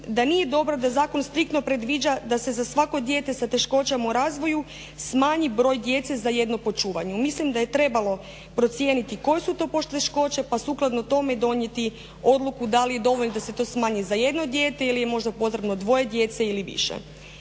da nije dobro da zakon striktno predviđa da se za svako dijete sa teškoćama u razvoju smanji broj djece za jedno po čuvanju. Mislim da je trebalo procijeniti koje su to poteškoće pa sukladno tome donijeti odluku da li je dovoljno da se to smanji za jedno dijete ili je možda potrebno dvoje djece ili više.